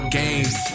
games